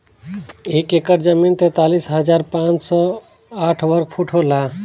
एक एकड़ जमीन तैंतालीस हजार पांच सौ साठ वर्ग फुट होला